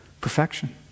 Perfection